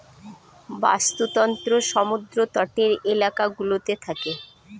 বাস্তুতন্ত্র সমুদ্র তটের এলাকা গুলোতে থাকে